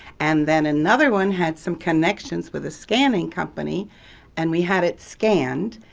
and then another one had some connections with a scanning company and we had it scanned.